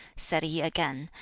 said he again,